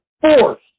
force